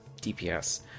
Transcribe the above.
DPS